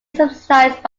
subsidized